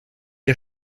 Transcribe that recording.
der